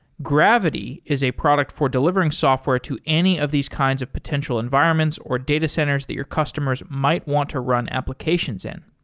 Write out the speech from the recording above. gravity is a product for delivering software to any of these kinds of potential environments or data centers that your customers might want to run applications in.